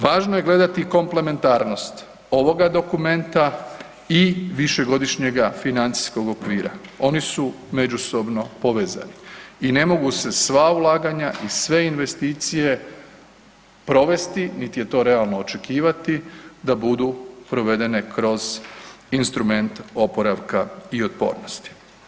Važnost je gledati komplementarnost ovoga dokumenta i višegodišnjeg financijskog okvira, oni su međusobno povezani i ne mogu se sva ulaganja i sve investicije provesti, niti je to realno očekivati da budu provedene kroz instrument oporavka i otpornosti.